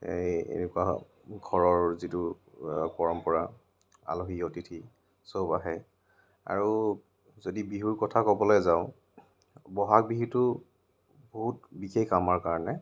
এই এনেকুৱা ঘৰৰ যিটো পৰম্পৰা আলহী অতিথি চব আহে আৰু যদি বিহুৰ কথা ক'বলৈ যাওঁ বহাগ বিহুটো বহুত বিশেষ আমাৰ কাৰণে